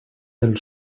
del